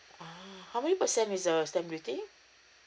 uh how many percent is the stamp duty